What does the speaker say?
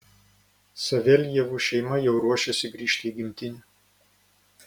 saveljevų šeima jau ruošiasi grįžti į gimtinę